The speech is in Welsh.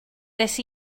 des